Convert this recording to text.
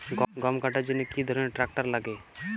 গম কাটার জন্য কি ধরনের ট্রাক্টার লাগে?